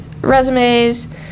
resumes